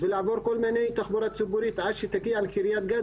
ולעבור כל מיני תחבורה ציבורית עד שתגיע לקריית גת,